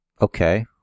Okay